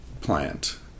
plant